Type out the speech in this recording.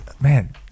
Man